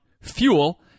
fuel